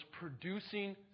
producing